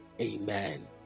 amen